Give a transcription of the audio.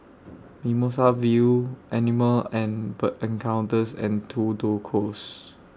Mimosa View Animal and Bird Encounters and Tudor Close